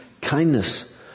kindness